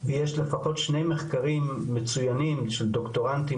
ויש לפחות שני מחקרים מצוינים של דוקטורנטים